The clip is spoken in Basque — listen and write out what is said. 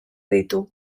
ditu